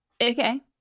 okay